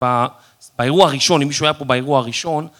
באירוע הראשון, אם מישהו היה פה באירוע הראשון.